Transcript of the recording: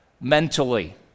mentally